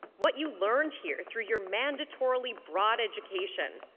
what you learned here through your mandatorily broad education.